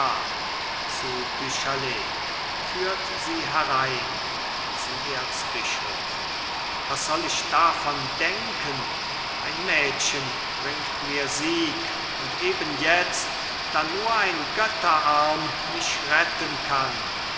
zu du chatel führt sie herein zum erzbischof was soll ich davon denken ein mädchen bringt mir sieg und eben jetzt da nur ein götterarm mich retten kann